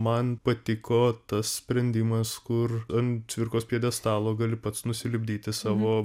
man patiko tas sprendimas kur ant cvirkos pjedestalo gali pats nusilipdyti savo